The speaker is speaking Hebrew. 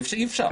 אי-אפשר.